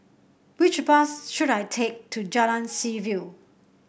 which bus should I take to Jalan Seaview